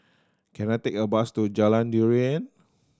can I take a bus to Jalan Durian